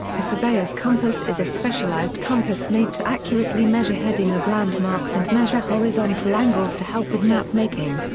a surveyor's compass is a specialized compass made to accurately measure heading of landmarks and measure horizontal angles to help with map making.